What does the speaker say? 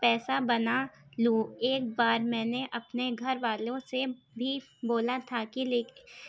پیسہ بنا لوں ایک بار میں نے اپنے گھر والوں سے بھی بولا تھا کہ لے